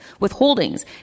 withholdings